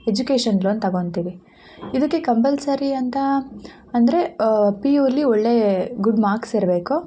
education loan ತಗೋತಿವಿ ಇದುಕ್ಕೆ compulsory ಅಂತ ಅಂದರೆ ಪಿ ಯು ಅಲ್ಲಿ ಒಳ್ಳೇ ಗುಡ್ ಮಾರ್ಕ್ಸ್ ಇರಬೇಕು